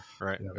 right